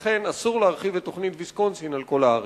לכן, אסור להרחיב את תוכנית ויסקונסין לכל הארץ.